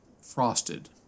Frosted